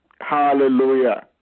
Hallelujah